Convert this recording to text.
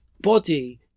body